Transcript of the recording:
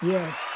Yes